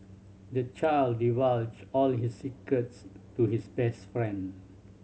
the child divulged all his secrets to his best friend